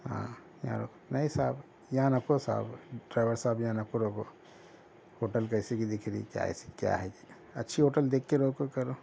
ہاں نہیں صاحب یہاں نکو صاحب ڈرائیور صاحب یہاں نکو روکو ہوٹل کیسی کی دکھ رہی کیا ہے یہ سب کیا ہے اچھی ہوٹل دیکھ کے روکو کرو